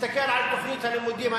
תסתכל על תוכנית הלימודים.